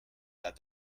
that